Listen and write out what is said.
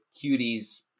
cutie's